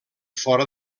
fora